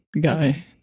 guy